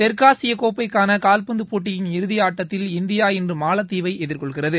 தெற்காசிய கோப்பைக்கான கால்பந்துப் போட்டி இறுதி ஆட்டத்தில் இந்தியா இன்று மாலத்தீவை எதிர்கொள்கிறது